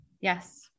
Yes